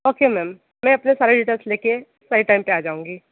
okay ma'am मैं अपने सारे डिटेल्स लेके सही टाइम पे आ जाऊँगी